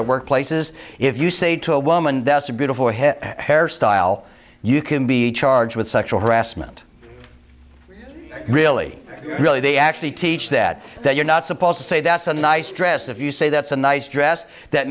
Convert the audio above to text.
at workplaces if you say to a woman that's a beautiful hairstyle you can be charged with sexual harassment really really they actually teach that that you're not supposed to say that's a nice dress if you say that's a nice dress that